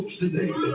today